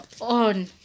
on